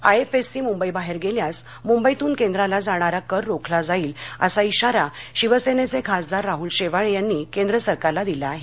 IFSC मुंबईबाहेर गेल्यास मुंबईतून केंद्राला जाणारा कर रोखला जाईल असा शिवसेनेचे खासदार राहुल शेवाळे यांनी केंद्र सरकारला दिला आहे